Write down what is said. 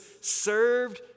served